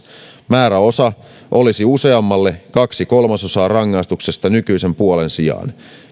määräosa olisi useammalle kaksi kolmasosaa rangaistuksesta nykyisen puolen sijaan